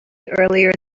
earlier